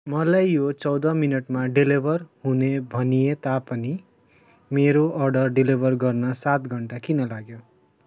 मलाई यो चौध मिनटमा डेलिभर हुने भनिए तापनि मेरो अर्डर डेलिभर गर्न सात घन्टा किन लाग्यो